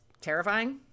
terrifying